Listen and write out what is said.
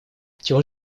чего